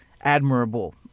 admirable